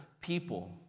people